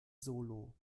solo